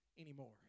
anymore